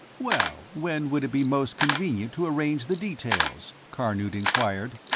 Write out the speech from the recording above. well, when would it be most convenient to arrange the details? klarnood inquired.